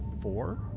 four